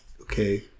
Okay